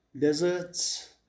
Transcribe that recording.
deserts